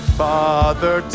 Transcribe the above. father